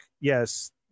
Yes